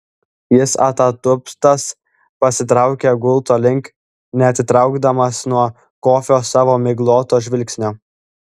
jis atatupstas pasitraukė gulto link neatitraukdamas nuo kofio savo migloto žvilgsnio